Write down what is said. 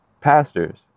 pastors